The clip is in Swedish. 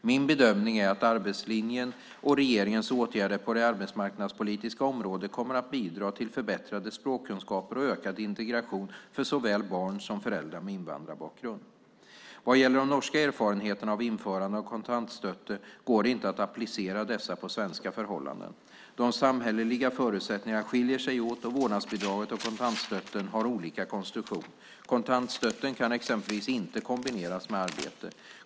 Min bedömning är att arbetslinjen och regeringens åtgärder på det arbetsmarknadspolitiska området kommer att bidra till förbättrade språkkunskaper och ökad integration för såväl barn som föräldrar med invandrarbakgrund. Vad gäller de norska erfarenheterna av införandet av kontantstøtte går det inte att applicera dessa på svenska förhållanden. De samhälleliga förutsättningarna skiljer sig åt och vårdnadsbidraget och kontantstøtten har olika konstruktion. Kontantstøtten kan exempelvis inte kombineras med arbete.